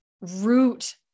root